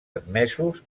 admesos